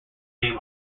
name